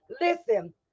Listen